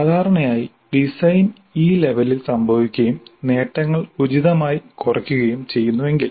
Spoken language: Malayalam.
സാധാരണയായി ഡിസൈൻ ഈ ലെവലിൽ സംഭവിക്കുകയും നേട്ടങ്ങൾ ഉചിതമായി കുറയ്ക്കുകയും ചെയ്യുന്നുവെങ്കിൽ